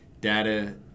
data